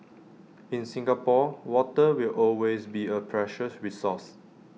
in Singapore water will always be A precious resource